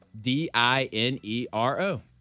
D-I-N-E-R-O